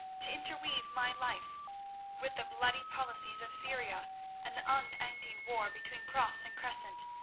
to interweave my life with the bloody policies of syria and the unending war between cross and crescent,